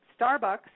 Starbucks